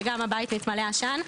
וגם הבית התמלא עשן.